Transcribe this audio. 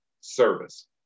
service